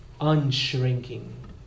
unshrinking